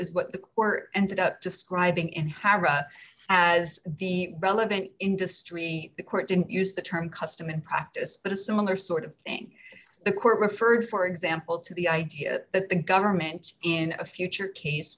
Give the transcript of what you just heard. is what the court ended up describing in howrah as the relevant industry the court didn't use the term custom in practice but a similar sort of thing the court referred for example to the idea that the government in a future case